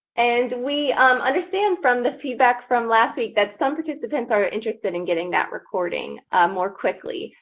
and we um understand from the feedback from last week that some participants are interested in getting that recording more quickly.